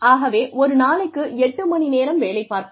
ஆகவே ஒரு நாளைக்கு எட்டு மணி நேரம் வேலை பார்ப்போம்